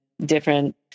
different